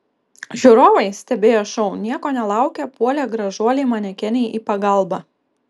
žiūrovai stebėję šou nieko nelaukę puolė gražuolei manekenei į pagalbą